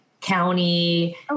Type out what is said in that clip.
county